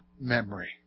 memory